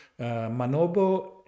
Manobo